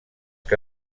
que